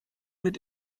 mit